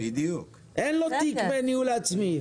אין לו תיק בניהול עצמי,